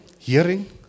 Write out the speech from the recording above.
Hearing